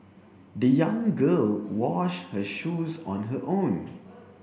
the young girl washed her shoes on her own